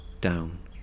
Down